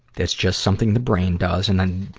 it's just something the brain does and then,